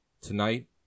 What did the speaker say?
tonight